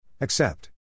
Accept